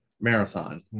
marathon